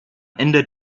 ändert